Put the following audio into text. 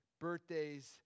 birthdays